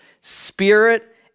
spirit